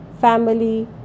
family